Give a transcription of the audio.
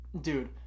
dude